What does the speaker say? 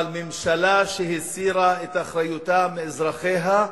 אבל ממשלה שהסירה את אחריותה מאזרחיה,